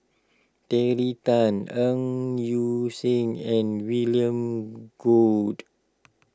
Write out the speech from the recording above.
Terry Tan Ng Yi Sheng and William Goode